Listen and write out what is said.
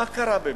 מה קרה באמת?